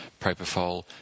propofol